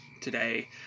today